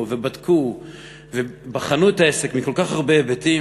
ובדקו ובחנו את העסק מכל כך הרבה היבטים,